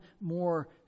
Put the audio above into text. more